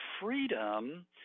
freedom